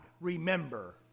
remember